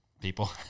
people